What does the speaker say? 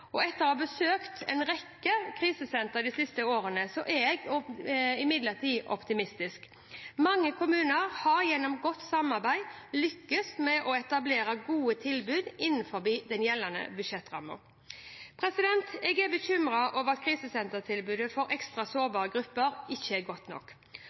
forbedringer. Etter å ha besøkt en rekke krisesentre de siste årene er jeg imidlertid optimistisk. Mange kommuner har gjennom godt samarbeid lyktes med å etablere gode tilbud innenfor gjeldende budsjettrammer. Jeg er bekymret for at krisesentertilbudet for ekstra sårbare grupper ikke er godt nok.